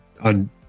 on